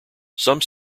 some